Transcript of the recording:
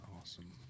awesome